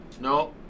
No